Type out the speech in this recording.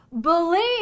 believe